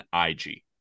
IG